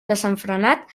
desenfrenat